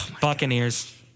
Buccaneers